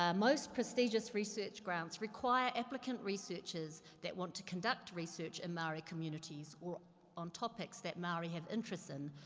ah most prestigious research grants require applicant researchers that want to conduct research in maori communities, or on topics that maori have interest in,